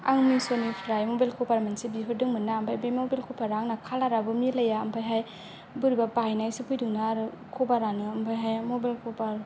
आं मिस'निफ्राइ मबाइल कभार मोनसे बिहरदोंमोन ना ओमफ्राय बे मबाइल कभारा आंना खालार आबो मिलाया ओमफ्राय हाय बोरैबा बाइनाय सो फैदों ना आरो कभारानो ओमफ्राय हाय मबाइल कभार